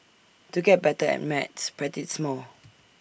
to get better at maths practise more